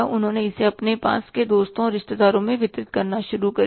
उन्होंने इसे अपने पास के दोस्तों और रिश्तेदारों में वितरित करना शुरू कर दिया